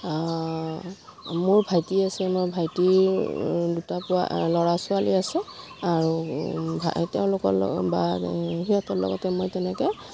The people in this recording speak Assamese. মোৰ ভাইটি আছে মোৰ ভাইটিৰ দুটা পোৱা ল'ৰা ছোৱালী আছে আৰু তেওঁলোকৰ লগ বা সিহঁতৰ লগতে মই তেনেকৈ